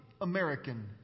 American